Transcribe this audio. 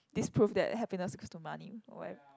this prove that happiness equals to money